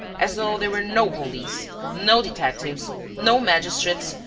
as though there were no police, no detectives, no magistrates,